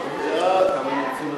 שם החוק נתקבל.